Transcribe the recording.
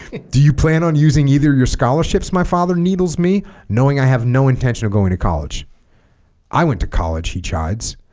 do you plan on using either your scholarships my father needles me knowing i have no intention of going to college i went to college he chides